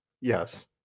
Yes